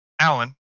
Alan